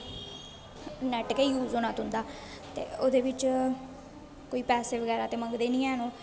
net गै use होना तुंदा ते ओह्दे बिच्च कोई पेसे बगैरा ते मंगदे नेईं हैन ओह्